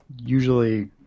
usually